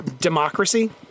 democracy